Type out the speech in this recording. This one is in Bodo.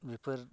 बेफोर